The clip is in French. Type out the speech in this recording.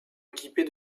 équipés